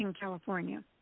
California